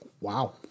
Wow